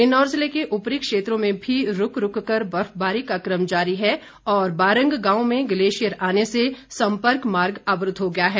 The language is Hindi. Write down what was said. किन्नौर जिले के उपरी क्षेत्रों में भी रूक रूक कर बर्फबारी का क्रम जारी है और बारंग गांव में ग्लेशियर आने से सम्पर्क मार्ग अवरूद्ध हो गया है